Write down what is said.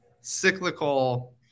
cyclical